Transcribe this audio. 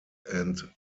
and